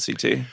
CT